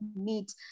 meet